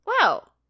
Wow